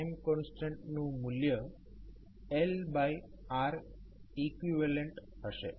time કોન્સ્ટન્ટનું મૂલ્ય LReqહશે